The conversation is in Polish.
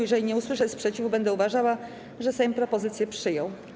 Jeżeli nie usłyszę sprzeciwu, będę uważała, że Sejm propozycję przyjął.